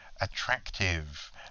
attractive